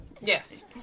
yes